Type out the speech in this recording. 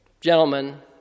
gentlemen